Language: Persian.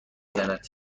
زند